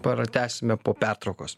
pratęsime po pertraukos